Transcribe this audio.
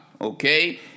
okay